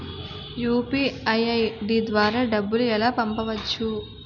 UPI ID ద్వారా డబ్బులు ఎలా పంపవచ్చు?